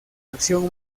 acción